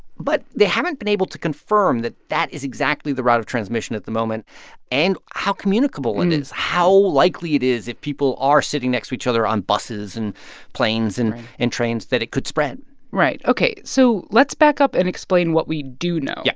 but they haven't been able to confirm that that is exactly the route of transmission at the moment and how communicable it is, how likely it is if people are sitting next to each other on buses and planes and and trains that it could spread right. ok. so let's back up and explain what we do know. yeah.